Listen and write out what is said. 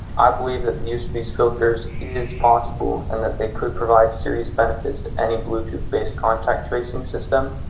i believe that the use of these filters is possible and that they could provide serious benefits to any bluetooth-based contact tracing system.